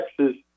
Texas